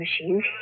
machines